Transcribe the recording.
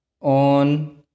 on